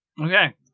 Okay